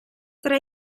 tra